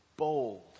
Bold